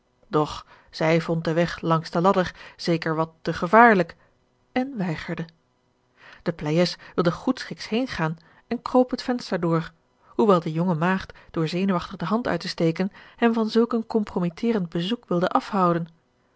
zij vond den weg langs de ladder zeker wat te gevaarlijk en weigerde de pleyes wilde goedschiks heen gaan en kroop het venster door hoewel de jonge maagd door zenuwachtig de hand uit te steken hem van zulk een compromitterend bezoek wilde afhouden